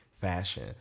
fashion